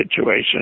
situation